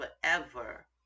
forever